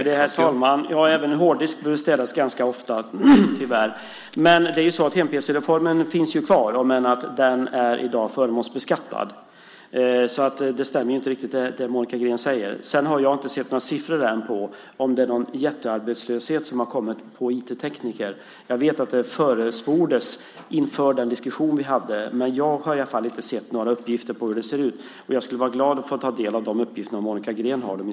Herr talman! Även en hårddisk behöver städas ganska ofta. Hem-pc-reformen finns ju kvar, även om den i dag är förmånsbeskattad. Det stämmer inte riktigt det som Monica Green säger. Jag har inte sett några siffror på om det har blivit någon jättearbetslöshet bland IT-tekniker. Jag vet att det förespåddes inför den diskussion vi hade. Jag har inte sett några uppgifter på hur det ser ut. Jag skulle vara glad att ta del av de uppgifterna om Monica Green har dem.